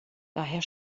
daher